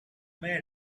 made